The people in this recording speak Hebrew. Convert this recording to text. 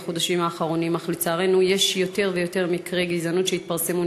אך לצערנו יש יותר ויותר מקרי גזענות שהתפרסמו,